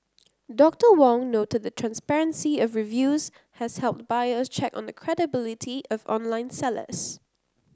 Doctor Wong noted the transparency of reviews has helped buyers check on the credibility of online sellers